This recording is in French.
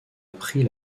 appris